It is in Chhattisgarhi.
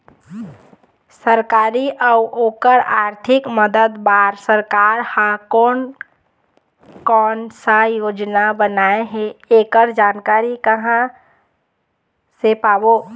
सरकारी अउ ओकर आरथिक मदद बार सरकार हा कोन कौन सा योजना बनाए हे ऐकर जानकारी कहां से पाबो?